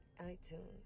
iTunes